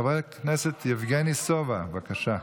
חבר הכנסת יבגני סובה, בבקשה.